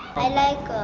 i like